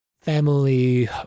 family